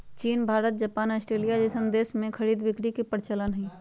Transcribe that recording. चीन Bharat Japan Australia जइसन देश में खरीद बिक्री के परचलन हई